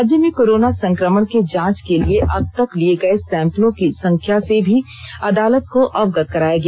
राज्य में कोरोना संक्रमण के जांच के लिए अबतक लिए गए सैंपलों की संख्या से भी अदालत को अवगत कराया गया